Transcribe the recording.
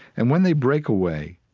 and when they break away,